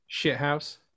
shithouse